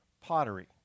pottery